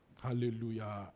Hallelujah